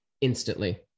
instantly